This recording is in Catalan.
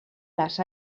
les